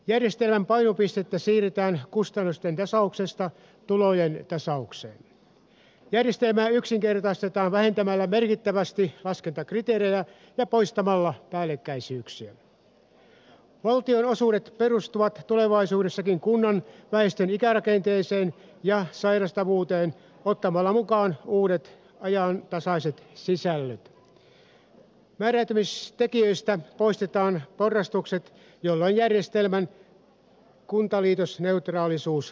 järjestelmän painopistettä siirretään kustannusten tasauksesta tulojen tasaukseen järjestelmää yksinkertaistetaan vähentämällä merkittävästi laskentakriteerejä ja poistamalla päällekkäisyyksiä valtionosuudet perustuvat tulevaisuudessakin kunnan väestön ikärakenteeseen ja sairastavuuteen ottamalla mukaan uudet ajantasaiset sisällöt määräytymistekijöistä poistetaan porrastukset jolloin järjestelmän kuntaliitosneutraalisuus lisääntyy